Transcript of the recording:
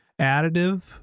additive